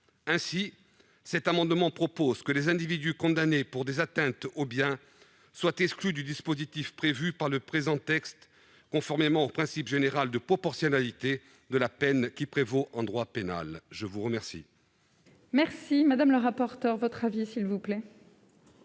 Ainsi, cet amendement propose que les individus condamnés pour des atteintes aux biens soient exclus du dispositif prévu par le présent texte, conformément au principe général de proportionnalité de la peine qui prévaut en droit pénal. Quel est l'avis de la commission ?